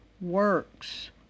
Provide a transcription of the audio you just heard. works